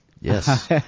Yes